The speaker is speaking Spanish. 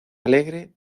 alegre